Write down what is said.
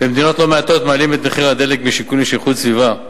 במדינות לא מעטות מעלים את מחיר הדלק משיקולים של איכות הסביבה.